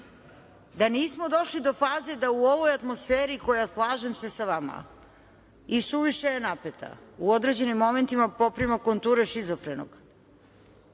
Da nismo došli do faze da u ovoj atmosferi koja, slažem se sa vama, i suviše je napeta, u određenim momentima poprima konture šizofrenog